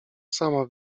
sama